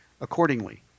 accordingly